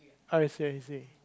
I see I see